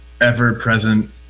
ever-present